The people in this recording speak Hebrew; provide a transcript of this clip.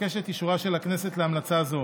אבקש את אישורה של הכנסת להמלצה זו.